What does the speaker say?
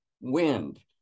wind